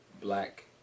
black